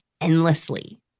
endlessly